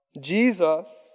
Jesus